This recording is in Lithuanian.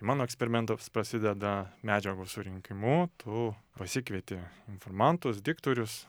mano eksperimentas prasideda medžiagos surinkimu tu pasikvieti informantus diktorius